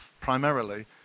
primarily